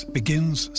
begins